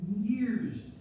years